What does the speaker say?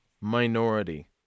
minority